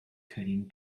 cutting